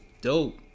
dope